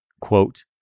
quote